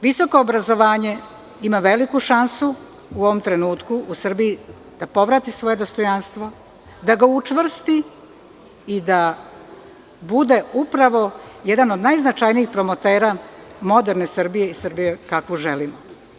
Visoko obrazovanje ima veliku šansu u ovom trenutku u Srbiji da povrati svoje dostojanstvo, da ga učvrsti i da bude upravo jedan od najznačajnijih promotera moderne Srbije i Srbije kakvu želimo.